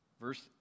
Verse